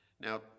Now